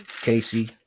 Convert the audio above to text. Casey